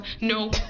No